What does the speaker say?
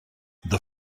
the